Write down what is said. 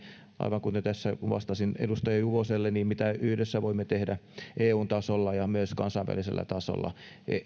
aivan kuten tässä vastasin edustaja juvoselle mitä me yhdessä voimme tehdä eun tasolla ja myös kansainvälisellä tasolla